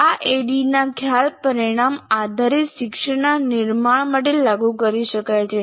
આ ADDIE ખ્યાલ પરિણામ આધારિત શિક્ષણના નિર્માણ માટે લાગુ કરી શકાય છે